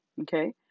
okay